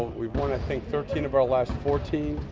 we've thirteen of our last fourteen.